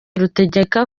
rutegeka